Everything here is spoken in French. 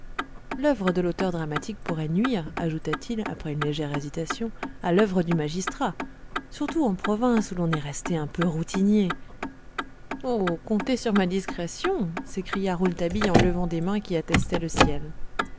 l'œuvre de l'auteur dramatique pourrait nuire ajouta-til après une légère hésitation à l'œuvre du magistrat surtout en province où l'on est resté un peu routinier oh comptez sur ma discrétion s'écria rouletabille en levant des mains qui attestaient le ciel